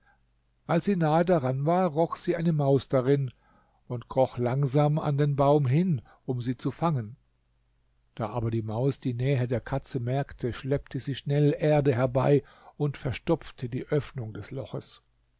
als sie nahe daran war roch sie eine maus darin und kroch langsam an den baum hin um sie zu fangen da aber die maus die nähe der katze merkte schleppte sie schnell erde herbei und verstopfte die öffnung des loches